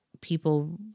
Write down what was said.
people